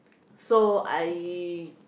so I